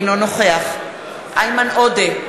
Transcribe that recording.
אינו נוכח איימן עודה,